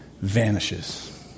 vanishes